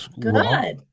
Good